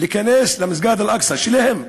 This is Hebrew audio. להיכנס למסגד אל-אקצא שלהם,